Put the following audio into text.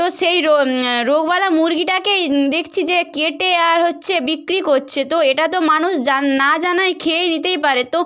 তো সেই রোগওয়ালা মুরগিটাকেই দেখছি যে কেটে আর হচ্ছে বিক্রি করছে তো এটা তো মানুষ না জানায় খেয়ে নিতেই পারে তো